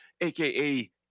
AKA